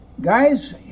guys